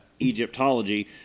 Egyptology